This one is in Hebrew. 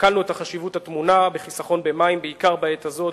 שקלנו את החשיבות הטמונה בחיסכון במים בעיקר בעת הזאת,